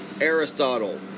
Aristotle